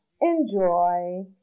enjoy